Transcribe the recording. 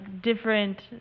different